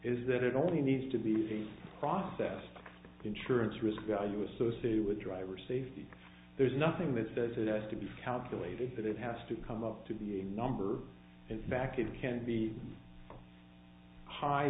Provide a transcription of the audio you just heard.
is that it only needs to be processed insurance risk value associated with driver safety there's nothing that says it has to be counted that it has to come up to be a number in fact it can be hi